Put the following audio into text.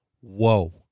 Whoa